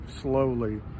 slowly